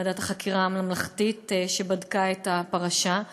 ועדת החקירה הממלכתית שבדקה את הפרשה.